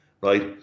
Right